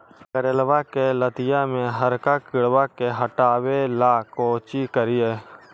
करेलबा के लतिया में हरका किड़बा के हटाबेला कोची करिए?